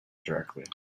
directly